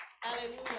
Hallelujah